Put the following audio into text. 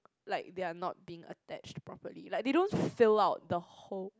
like they are not being attached properly like they don't fill out the whole